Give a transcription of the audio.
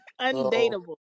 Undateable